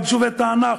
ביישובי תענך,